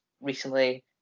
recently